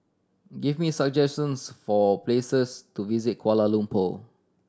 give me some suggestions for places to visit Kuala Lumpur